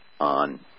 on